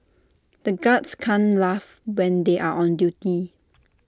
the guards can't laugh when they are on duty